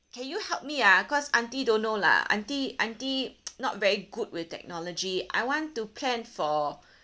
can you help me ah cause auntie don't know lah auntie auntie not very good with technology I want to plan for